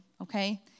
Okay